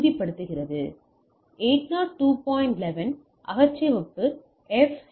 11 அகச்சிவப்பு எஃப்